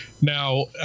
Now